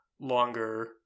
longer